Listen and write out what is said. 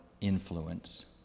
influence